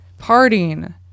partying